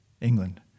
England